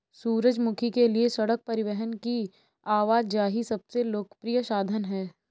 सूरजमुखी के लिए सड़क परिवहन की आवाजाही सबसे लोकप्रिय साधन है